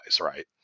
right